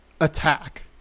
attack